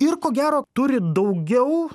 ir ko gero turi daugiau